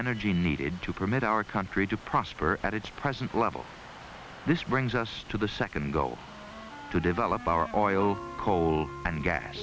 energy needed to permit our country to prosper at its present level this brings us to the second go to develop our oil coal and gas